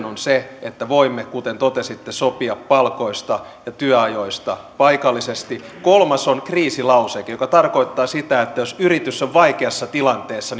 on se että voimme kuten totesitte sopia palkoista ja työajoista paikallisesti kolmas on kriisilauseke joka tarkoittaa sitä että jos yritys on vaikeassa tilanteessa